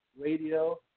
Radio